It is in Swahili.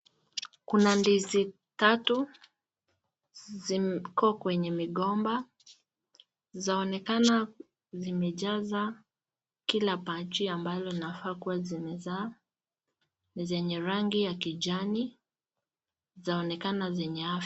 Kuna ndizi tatu ziko kwenye migomba zaonekana zimejaza kila bachi ambalo zinafaa kua zimezaa, zenye rangi ya kijani zaonekana zenye afya.